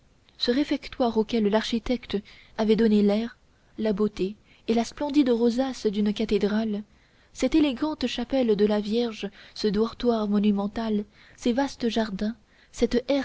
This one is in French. ce réfectoire auquel l'architecte avait donné l'air la beauté et la splendide rosace d'une cathédrale cette élégante chapelle de la vierge ce dortoir monumental ces vastes jardins cette